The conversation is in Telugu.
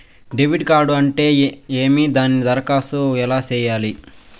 డెబిట్ కార్డు అంటే ఏమి దానికి దరఖాస్తు ఎలా సేయాలి